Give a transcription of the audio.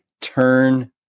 turn